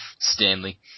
Stanley